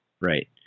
Right